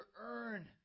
earn